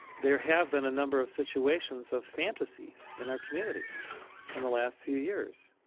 there have been a number of situations of fantasies in our community in the last few years.